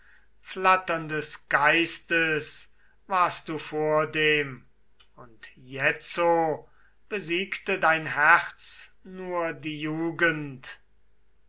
flatterndes geistes warst du vordem und jetzo besiegte dein herz nur die jugend